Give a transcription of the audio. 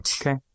Okay